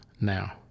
now